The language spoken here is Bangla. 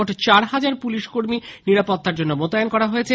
মোট চার হাজার পুলিশ কর্মী নিরাপত্তার জন্য মোতায়েন করা হয়েছে